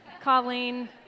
Colleen